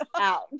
out